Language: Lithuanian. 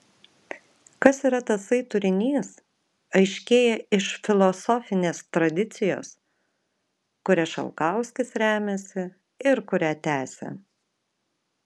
kas yra tasai turinys aiškėja iš filosofinės tradicijos kuria šalkauskis remiasi ir kurią tęsia